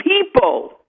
people